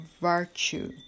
virtue